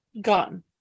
gone